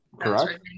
correct